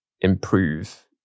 improve